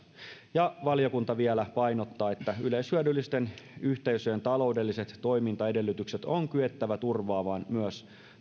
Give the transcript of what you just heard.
valiokunta vielä painottaa että yleishyödyllisten yhteisöjen taloudelliset toimintaedellytykset on kyettävä turvaamaan myös